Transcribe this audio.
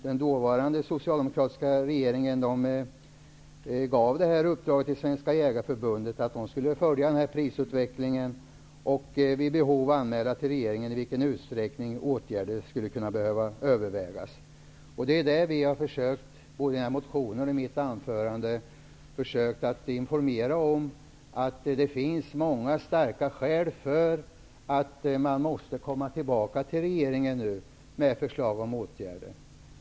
Den dåvarande socialdemokratiska regeringen gav Svenska jägareförbundet i uppdrag att följa prisutvecklingen och vid behov anmäla till regeringen i vilken utsträckning åtgärder skulle behöva övervägas. Både i motionen och i mitt anförande har jag försökt informera om att det finns många starka skäl för att komma tillbaka till regeringen med förslag till åtgärder.